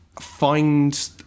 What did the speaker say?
find